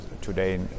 today